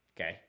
Okay